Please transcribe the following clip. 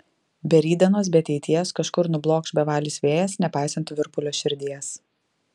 be rytdienos be ateities kažkur nublokš bevalis vėjas nepaisant virpulio širdies